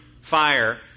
fire